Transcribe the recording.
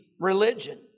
religion